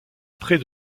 près